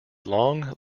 long